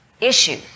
issue